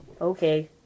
Okay